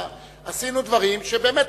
עשינו דברים שבאמת,